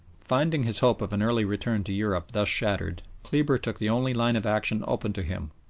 finding his hope of an early return to europe thus shattered, kleber took the only line of action open to him,